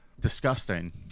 disgusting